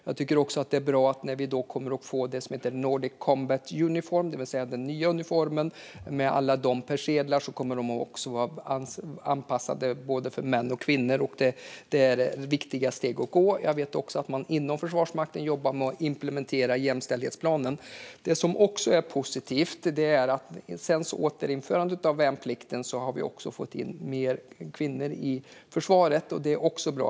Jag tycker också att det är bra att alla persedlar kommer att vara anpassade för både män och kvinnor när vi nu får det som heter Nordic Combat Uniform, det vill säga den nya uniformen. Det är viktiga steg att ta. Jag vet också att man inom Försvarsmakten jobbar med att implementera jämställdhetsplanen. Något som också är positivt är att vi sedan återinförandet av värnplikten har fått in fler kvinnor i försvaret. Det är bra.